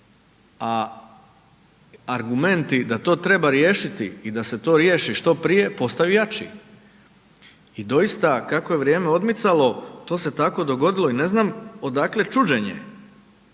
a argumenti da to treba riješiti i da se to riješi što prije, postaju jači i doista kako je vrijeme odmicalo, to se tako dogodilo i ne znam odakle čuđenje.